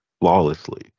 flawlessly